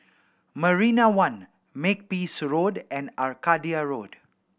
Marina One Makepeace Road and Arcadia Road